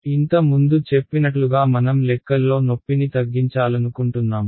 ఇంత ముందు చెప్పినట్లుగా మనం లెక్కల్లో నొప్పిని తగ్గించాలనుకుంటున్నాము